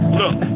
look